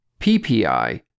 PPI